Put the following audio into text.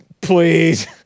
Please